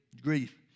grief